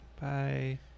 Bye